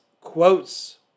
quotes